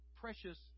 precious